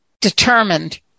determined